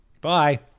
Bye